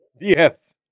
Yes